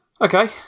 Okay